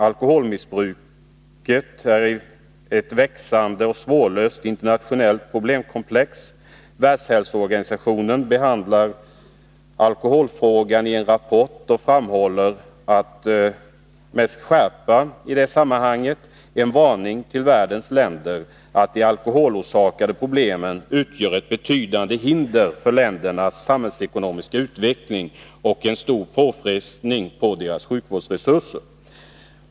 Alkoholmissbruket är ett växande och svårlöst internationellt problem. Världshälsoorganisationen riktar i en rapport som behandlar alkoholfrågorna en skarp varning till världens länder och framhåller att de alkoholorsakade problemen utgör ett betydande hinder för ländernas samhällsekonomiska utveckling och en stor påfrestning på deras sjukvårdsresurser.